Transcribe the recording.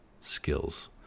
skills